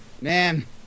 Man